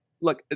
look